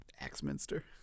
Axminster